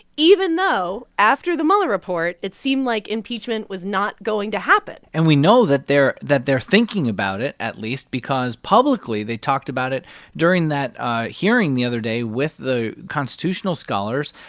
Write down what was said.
even though after the mueller report, it seemed like impeachment was not going to happen and we know that they're that they're thinking about it at least because publicly, they talked about it during that ah hearing the other day with the constitutional scholars.